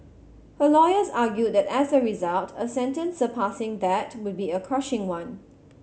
her lawyers argued that as a result a sentence surpassing that would be a crushing one